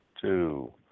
two